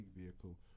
vehicle